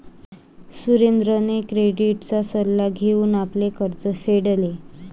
सुरेंद्रने क्रेडिटचा सल्ला घेऊन आपले कर्ज फेडले